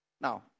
Now